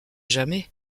jamais